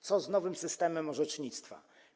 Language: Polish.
Co z nowym systemem orzecznictwa?